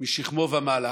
בכלל משכמו ומעלה,